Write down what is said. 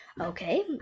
Okay